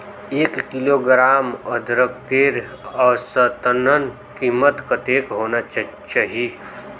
एक किलोग्राम अदरकेर औसतन कीमत कतेक होना चही?